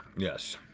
yes.